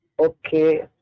Okay